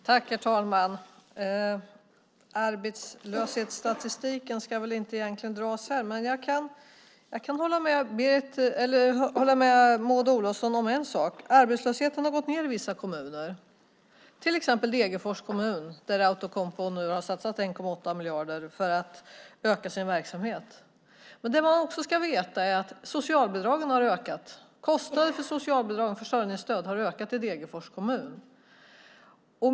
Herr talman! Arbetslöshetsstatistiken ska väl egentligen inte dras här, men jag kan hålla med Maud Olofsson om en sak. Arbetslösheten har gått ned i vissa kommuner. Det gäller till exempel Degerfors kommun, där Outokumpu nu har satsat 1,8 miljarder för att öka sin verksamhet. Men det man också ska veta är att socialbidragen har ökat. Kostnaden för socialbidrag och försörjningsstöd har ökat i Degerfors kommun.